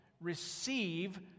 receive